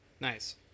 Nice